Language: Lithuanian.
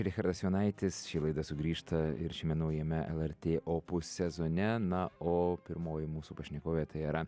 richardas jonaitis ši laida sugrįžta ir šiame naujame lrt opus sezone na o pirmoji mūsų pašnekovė tai yra